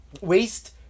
Waste